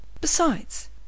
Besides